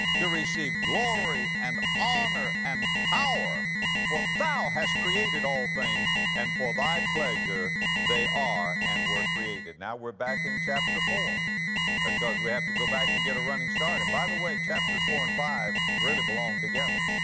to receive glory and honor and power for thou hast created all things, and for thy pleasure they are and were created now we're back in chapter four ah because we have to go back and get a running start. and by the way, chapters four and five really belong together.